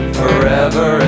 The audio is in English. forever